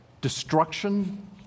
destruction